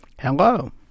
Hello